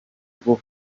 rwo